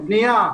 בניה,